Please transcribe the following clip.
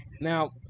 Now